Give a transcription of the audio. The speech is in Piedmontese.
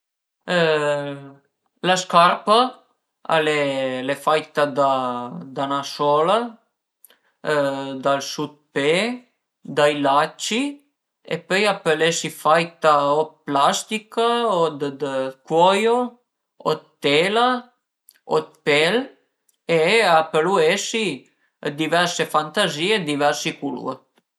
La scarpa al e faita da 'na sola, dal sutpe, dai lacci e põi a pöl esi faita d'plastica o d'cuoio o d'tela o d'pel e a pölu esi dë diverse fantazìe o diversi culur